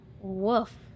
woof